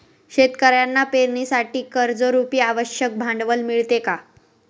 शेतकऱ्यांना पेरणीसाठी कर्जरुपी आवश्यक भांडवल मिळते का?